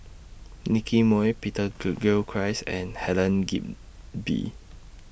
Nicky Moey Peter Gilchrist and Helen Gilbey